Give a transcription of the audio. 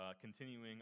continuing